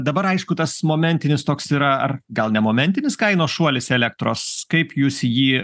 dabar aišku tas momentinis toks yra ar gal ne momentinis kainos šuolis elektros kaip jūs jį